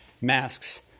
Masks